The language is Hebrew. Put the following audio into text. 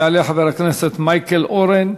יעלה חבר הכנסת מייקל אורן.